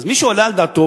אז מי שעולה על דעתו,